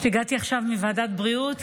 פשוט הגעתי עכשיו מוועדת הבריאות